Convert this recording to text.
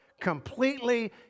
completely